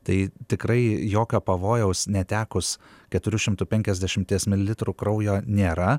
tai tikrai jokio pavojaus netekus keturių šimtų penkiasdešimties mililitrų kraujo nėra